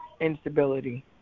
instability